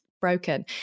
broken